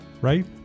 right